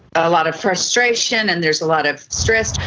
a lot of frustration and there's a lot of stress.